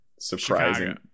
surprising